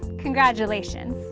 congratulations!